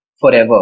forever